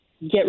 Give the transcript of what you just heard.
get